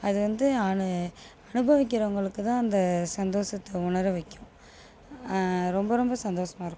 அது வந்து அனு அனுபவிக்கிறவங்களுக்கு தான் அந்த சந்தோஷத்தை உணர வைக்கும் ரொம்ப ரொம்ப சந்தோஷமாக இருக்கும்